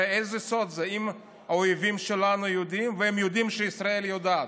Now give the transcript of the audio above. הרי איזה סוד זה אם האויבים שלנו יודעים והם יודעים שישראל יודעת?